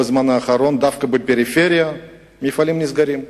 בזמן האחרון דווקא בפריפריה מפעלים נסגרים,